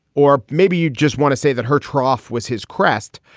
or maybe you just want to say that her trough was his crest.